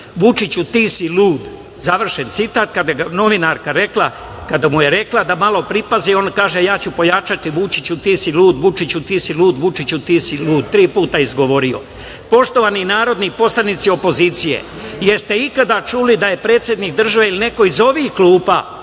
„Vučiću, ti si lud“, završen citat. Kada mu je novinarka rekla da malo pripazi, on kaže: „Ja ću pojačati. Vučiću, ti si lud. Vučiću, ti si lud. Vučiću, ti si lud.“ Tri puta je izgovorio. Poštovani narodni poslanici opozicije, jeste li ikada čuli da je predsednik države ili neko iz ovih klupa